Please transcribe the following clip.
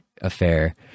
affair